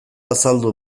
azaldu